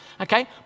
Okay